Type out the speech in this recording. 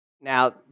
Now